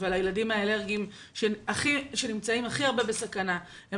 אבל הילדים האלרגיים שנמצאים הכי הרבה בסכנה הם